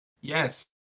Yes